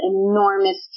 enormous